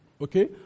Okay